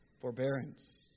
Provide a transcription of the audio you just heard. Forbearance